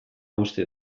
uste